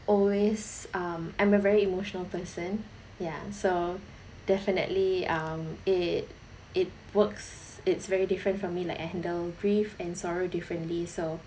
always um I'm a very emotional person ya so definitely um it it works it's very different for me like I handle grief and sorrow differently so